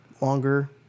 Longer